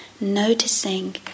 noticing